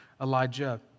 Elijah